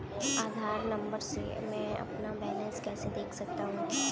आधार number से मैं अपना बैलेंस कैसे देख सकता हूँ?